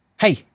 hey